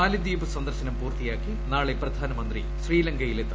മാലിദ്വീപ് സന്ദർശനം പൂർത്തിയാക്കി നാളെ പ്രധാനമന്ത്രി ശ്രീലങ്കയിലെത്തും